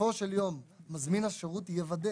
שבסופו של יום מזמין השירות יוודא